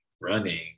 running